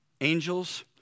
angels